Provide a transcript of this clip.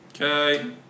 Okay